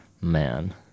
man